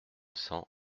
cents